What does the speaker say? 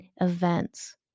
events